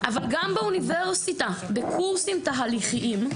גם באוניברסיטה בקורסים תהליכיים.